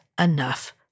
enough